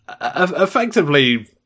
effectively